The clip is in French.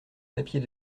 papier